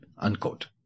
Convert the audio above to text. unquote